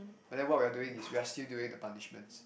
but then what we're doing is we're still doing the punishments